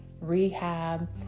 rehab